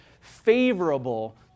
favorable